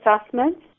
assessments